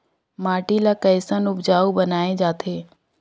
माटी ला कैसन उपजाऊ बनाय जाथे?